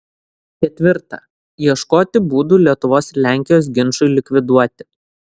ketvirta ieškoti būdų lietuvos ir lenkijos ginčui likviduoti